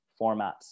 formats